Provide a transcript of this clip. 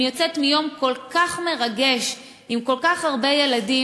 אני יוצאת מיום כל כך מרגש עם כל כך הרבה ילדים,